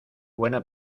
buena